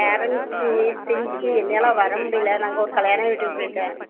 parents மீட்டிங்குக்கு என்னயால வர முடியலை நாங்கள் ஒரு கல்யாண வீட்டுக்கு போய்ட்டேன்